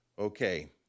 Okay